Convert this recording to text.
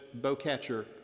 bowcatcher